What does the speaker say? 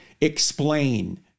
explain